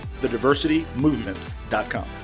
thediversitymovement.com